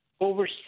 over